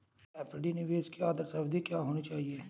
FD निवेश की आदर्श अवधि क्या होनी चाहिए?